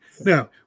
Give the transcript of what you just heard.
Now